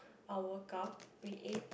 our workout we ate